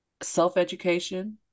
self-education